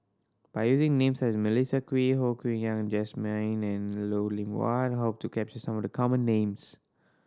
by using names such as Melissa Kwee Ho Yen Wah Jesmine and Lim Loh Huat we hope to capture some of the common names